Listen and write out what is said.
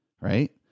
right